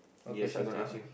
what questions do you have